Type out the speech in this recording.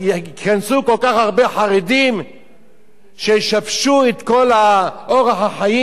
הרבה חרדים שישבשו את כל אורח החיים בצה"ל.